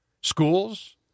schools